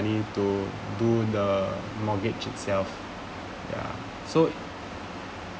money to do the mortgage yourself ya so